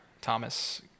thomas